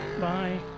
Bye